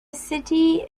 city